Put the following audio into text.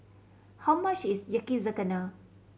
how much is Yakizakana